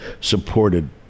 supported